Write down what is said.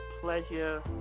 pleasure